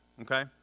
Okay